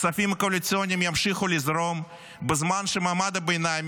הכספים הקואליציוניים ימשיכו לזרום בזמן שמעמד הביניים,